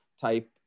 type